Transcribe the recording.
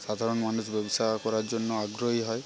সাধারণ মানুষ ব্যবসা করার জন্য আগ্রহী হয়